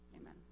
Amen